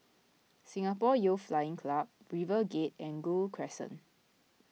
Singapore Youth Flying Club RiverGate and Gul Crescent